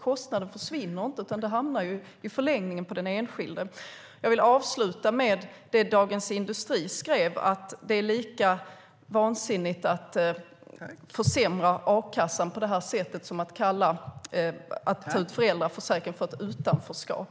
Kostnaden försvinner alltså inte, utan den hamnar i förlängningen på den enskilde. Jag vill avsluta med det Dagens Industri skrev: att det är lika vansinnigt att försämra a-kassan på det här sättet som att kalla att ta ut föräldraförsäkring för utanförskap.